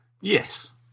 Yes